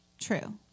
True